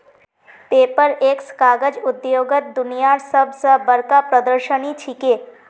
Paperex कागज उद्योगत दुनियार सब स बढ़का प्रदर्शनी छिके